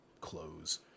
clothes